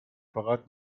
fahrrad